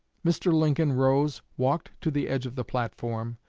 mr. lincoln rose, walked to the edge of the platform,